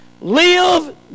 live